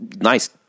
Nice